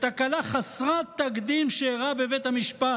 "בתקלה חסרת תקדים שאירעה בבית המשפט.